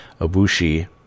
Abushi